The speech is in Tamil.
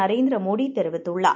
நரேந்திரமோடிதெரிவித்துள்ளார்